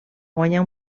guanyar